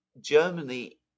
Germany